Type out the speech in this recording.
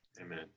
Amen